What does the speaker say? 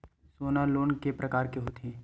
सोना लोन के प्रकार के होथे?